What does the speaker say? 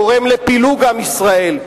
גורם לפילוג עם ישראל,